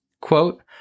Quote